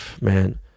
man